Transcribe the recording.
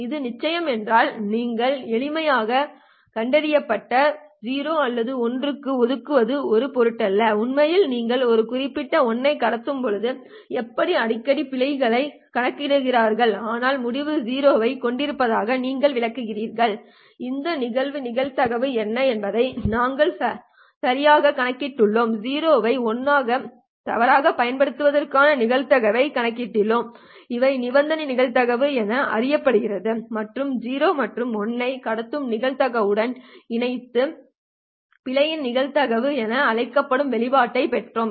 இது நிச்சயம் என்றால் நீங்கள் எளிமையாக கண்டறியப்பட்ட 0 அல்லது 1 க்கு ஒதுக்குவது ஒரு பொருட்டல்ல உண்மையில் நீங்கள் ஒரு பிட் 1 ஐ கடத்தும் போது எப்படி அடிக்கடி பிழைகளை கணக்கிடுகிறார்கள் ஆனால் முடிவு 0 ஐக் கொண்டிருப்பதாக நீங்கள் விளக்குகிறீர்கள் இது நிகழும் நிகழ்தகவு என்ன என்பதை நாங்கள் சரியாகக் கணக்கிட்டுள்ளோம் 0 ஐ 1 ஆக தவறாகப் பயன்படுத்துவதற்கான நிகழ்தகவைக் கணக்கிட்டுள்ளோம் இவை நிபந்தனை நிகழ்தகவுகள் என அறியப்படுகின்றன மற்றும் 0 மற்றும் 1 ஐ கடத்தும் நிகழ்தகவுடன் இணைந்து பிழையின் நிகழ்தகவு என அழைக்கப்படும் வெளிப்பாட்டைப் பெற்றோம்